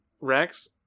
Rex